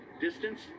distance